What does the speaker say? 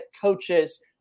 coaches